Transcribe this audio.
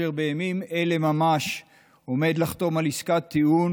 שבימים אלה ממש עומד לחתום על עסקת טיעון